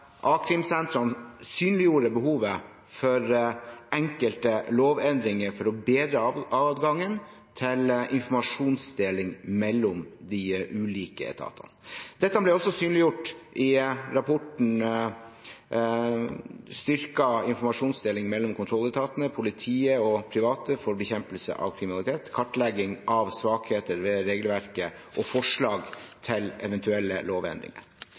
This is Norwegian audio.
synliggjorde behovet for enkelte lovendringer for å bedre adgangen til informasjonsdeling mellom de ulike etatene. Dette ble også synliggjort i rapporten «Styrket informasjonsdeling mellom kontrolletatene, politi og private for bekjempelse av kriminalitet. Kartlegging av svakheter ved regelverket og forslag til eventuelle lovendringer.».